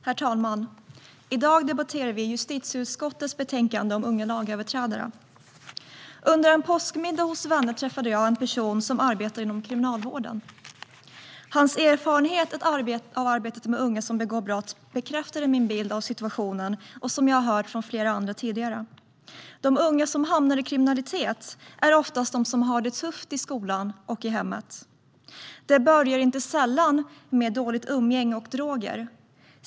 Herr talman! I dag debatterar vi justitieutskottets betänkande om unga lagöverträdare. Under en påskmiddag hos vänner träffade jag en person som arbetar inom kriminalvården. Hans erfarenhet av arbetet med unga som begår brott bekräftade min bild av situationen och det jag har hört från flera andra tidigare. De unga som hamnar i kriminalitet är oftast de som har det tufft i skolan och i hemmet. Det börjar inte sällan med dåligt umgänge och droger.